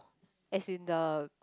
as in the